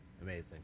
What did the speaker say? Amazing